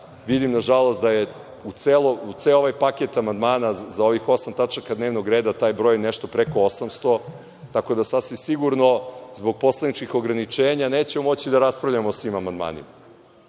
Vidim, na žalost da je ceo ovaj paket amandmana za ovih osam tačaka dnevnog reda, taj broj je nešto preko 800, tako da sasvim sigurno zbog poslaničkih ograničenja nećemo moći da raspravljamo o svim amandmanima.